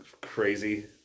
crazy